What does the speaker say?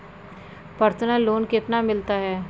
Personal loan कितना मिलता है?